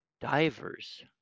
divers